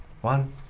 One